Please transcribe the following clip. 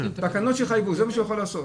זה מה שהוא יכול לעשות,